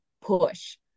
push